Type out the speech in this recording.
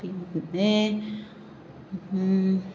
പിന്നെ